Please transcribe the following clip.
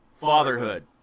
Fatherhood